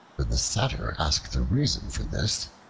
when the satyr asked the reason for this,